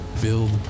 Build